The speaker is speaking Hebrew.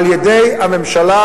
על-ידי הממשלה,